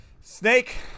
Snake